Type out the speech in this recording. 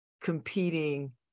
competing